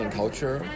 culture